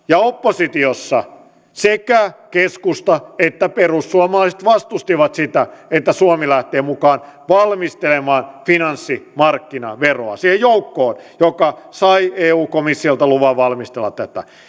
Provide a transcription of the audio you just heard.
ja oppositiossa sekä keskusta että perussuomalaiset vastustivat sitä että suomi lähtee mukaan valmistelemaan finanssimarkkinaveroa siihen joukkoon joka sai eu komissiolta luvan valmistella tätä